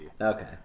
Okay